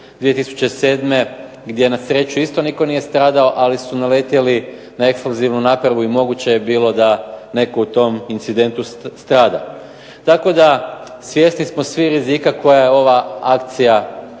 2007. gdje na sreću nije nitko stradao, ali su naletjeli na eksplozivnu napravu i moguće je bilo da netko u tom incidentu strada. Tako da svjesni smo svi rizika koje ova akcija